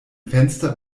fenster